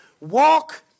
walk